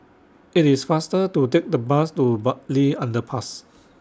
IT IS faster to Take The Bus to Bartley Underpass